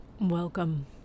Welcome